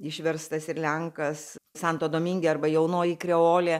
išverstas ir lenkas santo dominge arba jaunoji kreolė